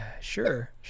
Sure